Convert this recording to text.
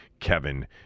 kevin